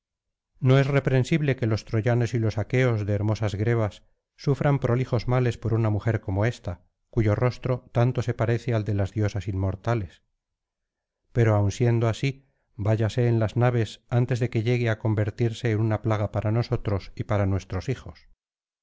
xo es reprensible que los troyanos y los aqueos de hermosas grebas sufran prolijos males por una mujer como ésta cuyo rostro tanto se parece al de las diosas inmortales pero aun siendo así váyase en las naves antes de que llegue á convertirse en una plaga para nosotros y para nuestros hijos